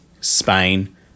Spain